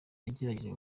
yagerageje